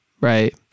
right